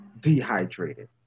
dehydrated